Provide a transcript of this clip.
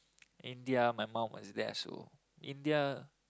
India my mom was there so India